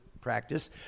practice